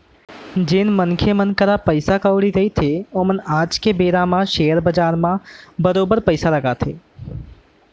जेन मनखे करा पइसा कउड़ी रहिथे ओमन आज के बेरा म सेयर बजार म बरोबर पइसा लगाथे